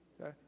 Okay